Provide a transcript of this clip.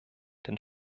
den